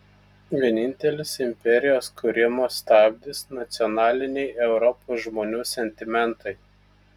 vienintelis imperijos kūrimo stabdis nacionaliniai europos žmonių sentimentai